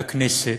לכנסת,